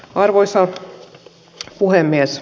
arvoisa puhemies